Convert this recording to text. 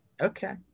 Okay